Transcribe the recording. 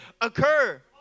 occur